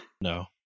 No